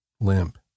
Limp